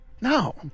No